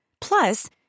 Plus